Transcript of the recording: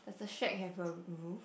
does the shack have a roof